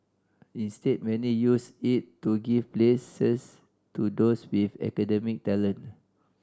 instead many use it to give places to those with academic talent